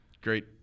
great –